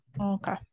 okay